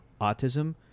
autism